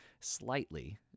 slightly